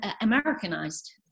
Americanized